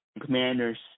Commanders